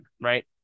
right